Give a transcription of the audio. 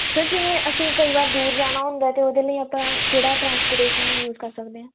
sir ਜਿਵੇਂ ਅਸੀਂ ਕਈ ਵਾਰ ਦੂਰ ਜਾਣਾ ਹੁੰਦਾ ਅਤੇ ਉਹਦੇ ਲਈ ਆਪਾਂ ਕਿਹੜਾ ਟਰਾਂਸਪੋਟੇਸ਼ਨ ਯੂਜ ਕਰ ਸਕਦੇ ਹਾਂ